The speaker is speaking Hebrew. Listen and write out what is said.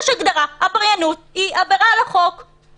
יש הגדרה של עבריינות, עבירה על החוק.